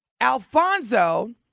Alfonso